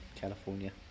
California